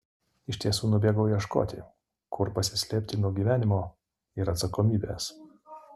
iš tiesų nubėgau ieškoti kur pasislėpti nuo gyvenimo ir atsakomybės